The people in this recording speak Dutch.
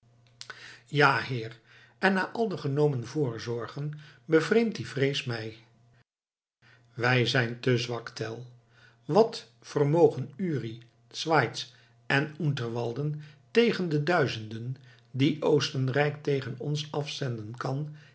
ja heer en na al de genomen voorzorgen bevreemdt die vrees mij wij zijn te zwak tell wat vermogen uri schwyz en unterwalden tegen de duizenden die oostenrijk tegen ons afzenden kan